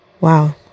Wow